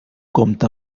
compte